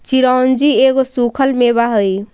चिरौंजी एगो सूखल मेवा हई